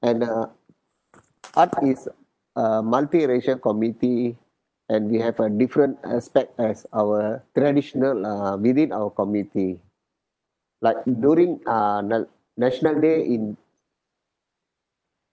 and uh art is a multiracial committee and we have a different aspect as our traditional uh within our community like during uh the national day in